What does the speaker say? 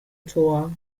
tor